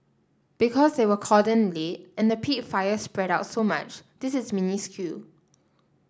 because they were called in late and the peat fire spread out so much this is minuscule